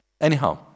Anyhow